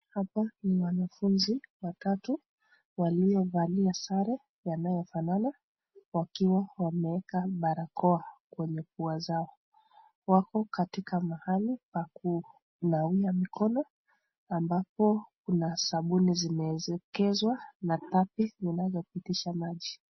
Hapa ni wanafunzi watatu waliovalia sare yanayo fanana wakiwa wameeka barakoa kwa mapua zao. Wako katika mahali pa kunawia mikono ambapo kuna sabuni zimeekezwa na tapi zinazo pitisha maji.